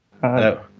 Hello